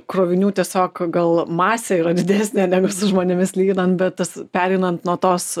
krovinių tiesiog gal masė yra didesnė ir su žmonėmis lyginant bet tas pereinant nuo tos